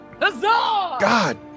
God